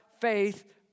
faith